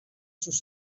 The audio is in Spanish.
sus